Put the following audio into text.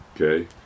Okay